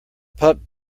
pup